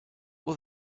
will